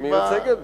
מיוצגת,